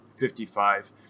55